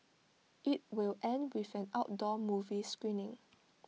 IT will end with an outdoor movie screening